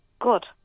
good